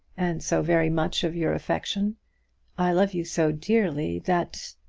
and so very much of your affection i love you so dearly, that.